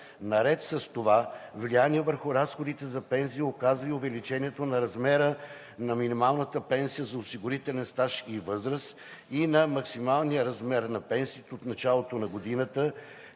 Наред с това влияние върху разходите за пенсии оказа и увеличението на размера на минималната пенсия за осигурителен стаж и възраст и на максималния размер на пенсиите от началото на годината,